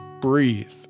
Breathe